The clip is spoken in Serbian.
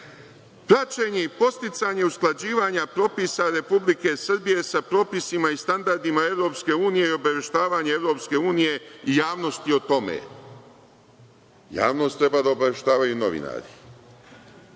i podsticanje usklađivanja propisa Republike Srbije sa propisima i standardima EU i obaveštavanje EU i javnosti o tome. Javnost treba da obaveštavaju novinari.